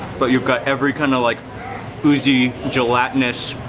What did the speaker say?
but you've got every kind of like oozey, gelatinous,